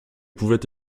pouvait